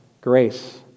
grace